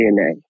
DNA